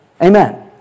Amen